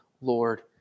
Lord